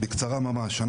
בקצרה ממש,